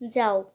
যাও